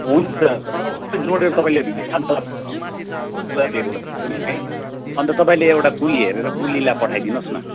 हुन्छ सबै जोडेर तपाईँले गुगल पे गरिदिन्छु नि है अन्त तपाईँले एउटा कुली हेरेर कुलीलाई पठाइदिनु होस् न